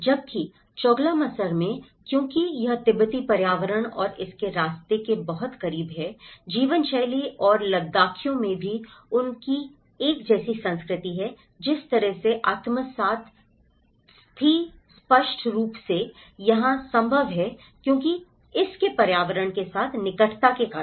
जबकि चोगलामसर में क्योंकि यह तिब्बती पर्यावरण और इसके रास्ते के बहुत करीब है जीवनशैली और लद्दाखियों में भी उनकी एक जैसी संस्कृति है जिस तरह से आत्मसात थी स्पष्ट रूप से यहां संभव है क्योंकि इसके पर्यावरण के साथ निकटता के कारण